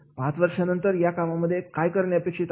पाच वर्षानंतर या कामांमध्ये आपण काय करणे अपेक्षित आहे